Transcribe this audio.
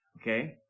Okay